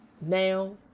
now